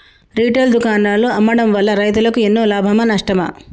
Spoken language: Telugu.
రిటైల్ దుకాణాల్లో అమ్మడం వల్ల రైతులకు ఎన్నో లాభమా నష్టమా?